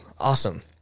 awesome